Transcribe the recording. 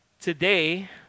today